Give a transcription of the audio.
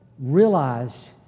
realize